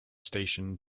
station